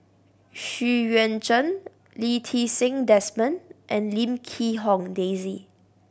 Xu Yuan Zhen Lee Ti Seng Desmond and Lim Quee Hong Daisy